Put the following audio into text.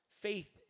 Faith